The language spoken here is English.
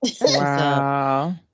Wow